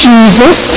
Jesus